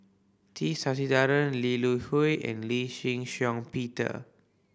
T Sasitharan Lee Hui and Lee Shin Shiong Peter